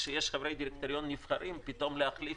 כשיש חברי דירקטוריון נבחרים פתאום להחליף